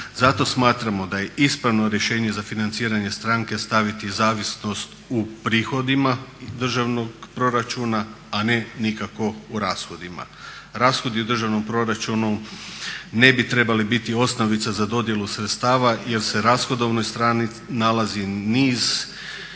Zato smatramo da je ispravno rješenje za financiranje stranke staviti zavisnost u prihodima državnog proračuna, a ne nikako u rashodima. Rashodi u državnom proračunu ne bi trebali biti osnovica za dodjelu sredstava, jer se rashodovnoj strani nalazi niz